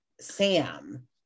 sam